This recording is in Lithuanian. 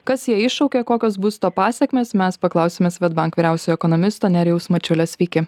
kas ją iššaukė kokios bus to pasekmės mes paklausėme swedbank vyriausiojo ekonomisto nerijaus mačiulio sveiki